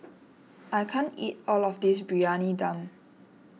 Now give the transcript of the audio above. I can't eat all of this Briyani Dum